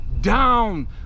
down